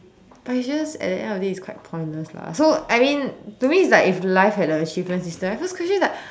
but it's just at the end of the day is quite pointless lah so I mean to me it's like if life had an achievement system my first question is like